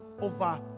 over